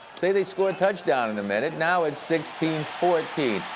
say they score a touchdown in a minute. now it's sixteen fourteen.